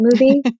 movie